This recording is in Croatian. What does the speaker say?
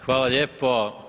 Hvala lijepo.